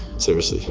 seriously.